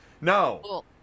no